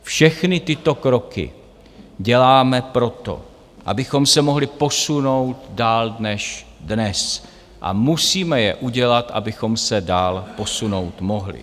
Všechny tyto kroky děláme proto, abychom se mohli posunout dál než dnes a musíme je udělat, abychom se dál posunout mohli.